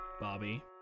Bobby